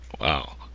Wow